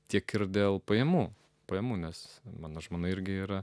tiek ir dėl pajamų pajamų nes mano žmona irgi yra